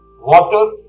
water